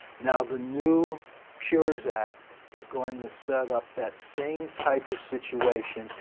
now, the new cures act is going to set up that same type of situation,